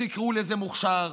תקראו לזה מוכש"ר,